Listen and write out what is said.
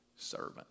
servant